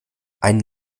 ein